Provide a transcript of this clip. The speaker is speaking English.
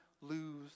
lose